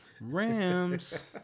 Rams